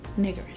Niggerish